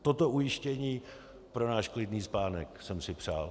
Toto ujištění pro náš klidný spánek jsem si přál.